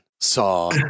saw